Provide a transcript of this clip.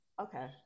Okay